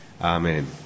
Amen